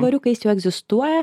tvariu kai jis jau egzistuoja